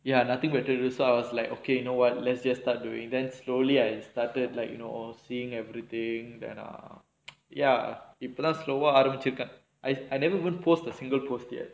ya nothing better so I was like okay you know what let's just start doing then slowly I started like you know all seeing everything then err இப்பதான்:ippathaan slow ah ஆரம்பிச்சுருக்க:aarambichurukka I I never even post the single post yet